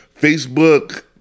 Facebook